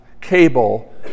cable